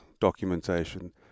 documentation